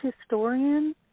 historian